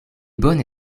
bone